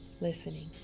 listening